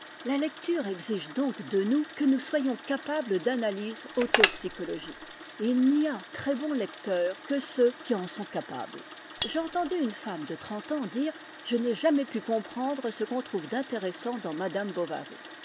la lecture exige donc de nous que nous soyons capables d'analyse auto psychologique et il n'y a très bons lecteurs que ceux qui en sont capables j'ai entendu une femme de trente ans dire je n'ai jamais pu comprendre ce qu'on trouve d'intéressant dans madame bovary